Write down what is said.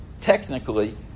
technically